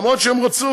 למרות שהם רצו,